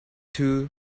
too